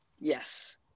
Yes